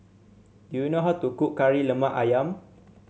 do you know how to cook Kari Lemak ayam